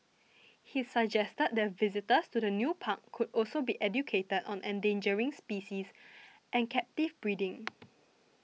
he suggested that visitors to the new park could also be educated on endangering species and captive breeding